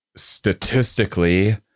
statistically